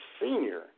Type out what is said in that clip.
senior